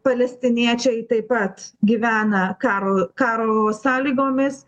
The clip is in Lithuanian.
palestiniečiai taip pat gyvena karo karo sąlygomis